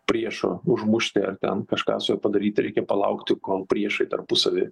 priešo užmušti ar ten kažką su juo padaryti reikia palaukti kol priešai tarpusavy